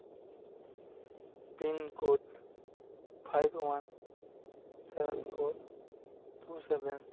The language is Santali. pin code five one seven four two seven